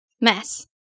mess